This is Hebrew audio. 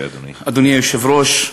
אדוני היושב-ראש,